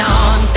on